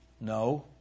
No